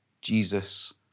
Jesus